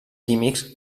químics